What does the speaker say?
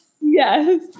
Yes